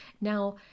Now